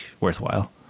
worthwhile